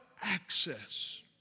Access